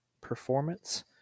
Performance